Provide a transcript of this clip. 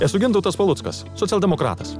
esu gintautas paluckas socialdemokratas